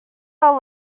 are